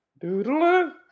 doodle